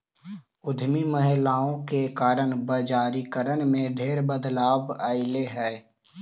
उद्यमी महिलाओं के कारण बजारिकरण में ढेर बदलाव अयलई हे